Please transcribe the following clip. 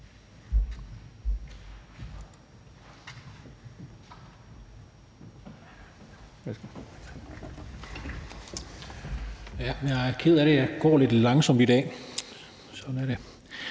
Jeg er ked af, at jeg går lidt langsomt i dag. Sådan er det,